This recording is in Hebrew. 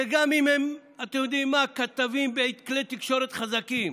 וגם אם הם כתבים בכלי תקשורת חזקים,